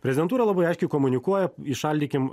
prezidentūra labai aiškiai komunikuoja šaldykim